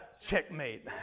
Checkmate